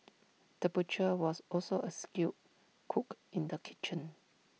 the butcher was also A skilled cook in the kitchen